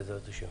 בעזרת השם.